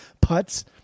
putts